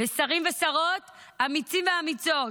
ושרים ושרות אמיצים ואמיצות